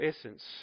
essence